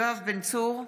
יואב בן צור,